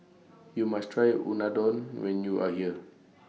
YOU must Try Unadon when YOU Are here